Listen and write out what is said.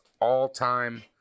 all-time